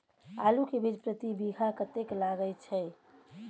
आलू के बीज प्रति बीघा कतेक लागय छै?